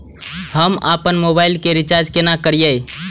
हम आपन मोबाइल के रिचार्ज केना करिए?